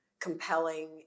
compelling